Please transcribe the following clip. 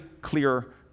clear